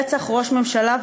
רצח ראש ממשלה,